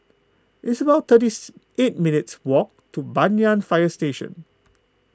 it's about thirty eight minutes' walk to Banyan Fire Station